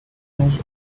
knows